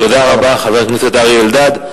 תודה רבה, חבר הכנסת אריה אלדד.